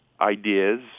ideas